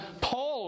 Paul